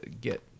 get